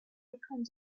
icons